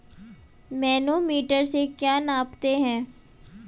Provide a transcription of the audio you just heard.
Manometer से क्या नापते हैं?